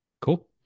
Cool